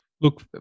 look